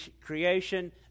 Creation